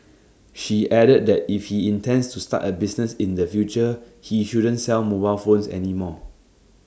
she added that if he intends to start A business in the future he shouldn't sell mobile phones any more